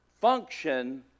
Function